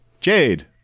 Jade